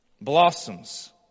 blossoms